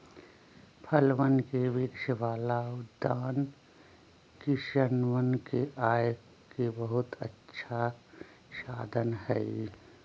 फलवन के वृक्ष वाला उद्यान किसनवन के आय के बहुत अच्छा साधन हई